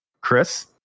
Chris